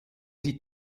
die